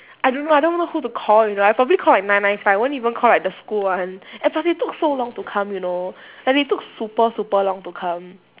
I don't know I don't even know who to call you know I probably call like nine nine five I wouldn't even call like the school one and plus they took so long to come you know like they took super super long to come